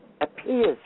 appears